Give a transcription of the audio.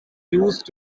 used